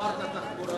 ראש הממשלה, אמרת תחבורה